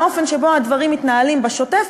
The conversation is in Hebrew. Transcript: האופן שבו הדברים מתנהלים בשוטף,